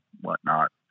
whatnot